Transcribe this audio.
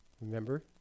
remember